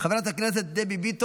חברת הכנסת אימאן ח'טיב יאסין,